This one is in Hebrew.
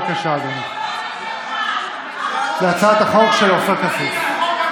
בבקשה, אדוני, להצעת החוק של עופר כסיף.